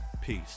Peace